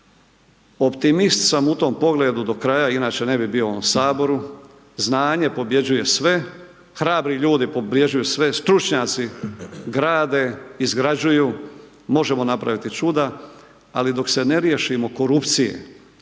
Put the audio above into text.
Optimist sam u tom pogledu do kraja inače ne bi bio u ovom saboru, znanje pobjeđuje sve, hrabri ljudi pobjeđuju sve, stručnjaci grade, izgrađuju, možemo napraviti čuda, ali dok se ne riješimo korupcije,